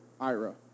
Ira